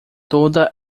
toda